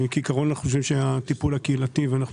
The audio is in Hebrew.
כעיקרון אנחנו חושבים שהטיפול הקהילתי ואנחנו